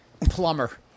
plumber